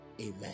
Amen